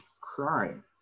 crime